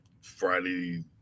Friday